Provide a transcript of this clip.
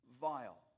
vile